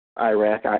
Iraq